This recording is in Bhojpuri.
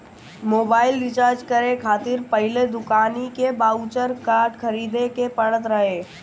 मोबाइल रिचार्ज करे खातिर पहिले दुकानी के बाउचर कार्ड खरीदे के पड़त रहे